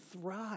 thrive